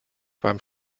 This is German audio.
beim